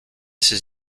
ses